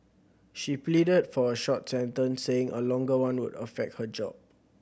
she pleaded for a short sentence saying a longer one would affect her job